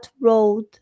road